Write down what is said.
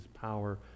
power